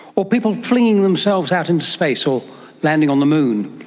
or people flinging themselves out into space or landing on the moon?